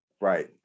Right